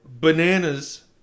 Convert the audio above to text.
bananas